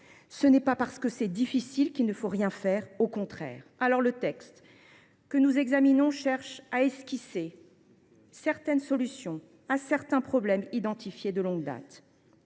ce n’est pas parce que c’est difficile qu’il ne faut rien faire, bien au contraire. Le texte que nous examinons cherche à esquisser certaines solutions à des problèmes identifiés de longue date.